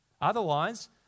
Otherwise